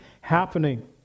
happening